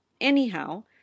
anyhow